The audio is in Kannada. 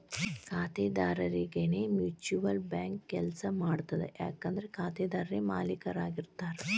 ಖಾತೆದಾರರರಿಗೆನೇ ಮ್ಯೂಚುಯಲ್ ಬ್ಯಾಂಕ್ ಕೆಲ್ಸ ಮಾಡ್ತದ ಯಾಕಂದ್ರ ಖಾತೆದಾರರೇ ಮಾಲೇಕರಾಗಿರ್ತಾರ